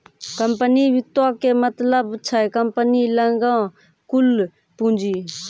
company वित्तो के मतलब छै कम्पनी लगां कुल पूंजी